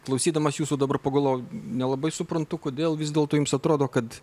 klausydamas jūsų dabar pagalvoju nelabai suprantu kodėl vis dėlto jums atrodo kad